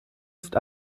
ist